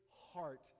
heart